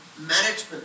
management